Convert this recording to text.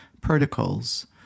protocols